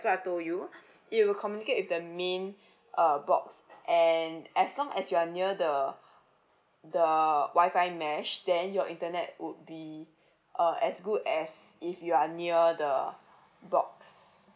what I told you it will communicate with the main uh box and as long as you are near the the wi-fi mesh then your internet would be uh as good as if you are near the box